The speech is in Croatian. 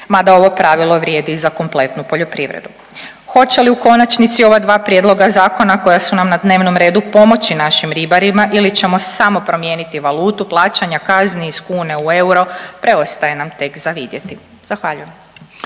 Mada ovo pravilo vrijedi i za kompletnu poljoprivredu. Hoće li u konačnici ova dva prijedloga zakona koja su nam na dnevnom redu pomoći našim ribarima ili ćemo samo promijeniti valutu plaćanja kazni iz kune u euro preostaje nam tek za vidjeti. Zahvaljujem.